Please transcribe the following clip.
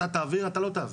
אתה תעביר או אתה לא תעביר.